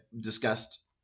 discussed